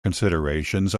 considerations